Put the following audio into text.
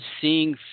seeing